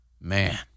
Man